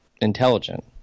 intelligent